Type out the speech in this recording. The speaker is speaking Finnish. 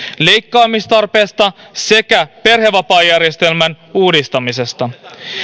leikkaamistarpeesta sekä perhevapaajärjestelmän uudistamisesta